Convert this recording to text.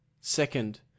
Second